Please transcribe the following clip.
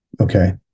Okay